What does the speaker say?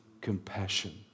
compassion